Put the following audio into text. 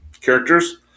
characters